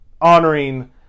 Honoring